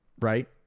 right